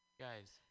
Guys